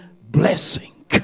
blessing